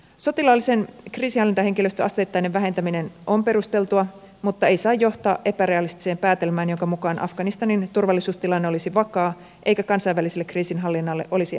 sotilaallisen kriisinhallintahenkilöstön asteittainen vähentäminen on perusteltua mutta se ei saa johtaa epärealistiseen päätelmään jonka mukaan afganistanin turvallisuustilanne olisi vakaa eikä kansainväliselle kriisinhallinnalle olisi enää tarvetta